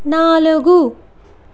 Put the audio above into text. నాలుగు